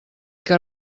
que